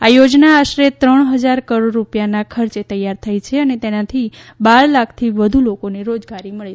આ યોજના આશરે ત્રણ હજાર કરોડ રૂપિયાના ખર્ચે તૈયાર થઇ છે અને તેનાથી બાર લાખથી વધુ લોકોને રોજગારી મળી